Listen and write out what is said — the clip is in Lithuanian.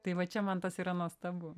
tai va čia man tas yra nuostabu